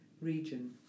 region